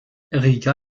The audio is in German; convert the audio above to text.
riga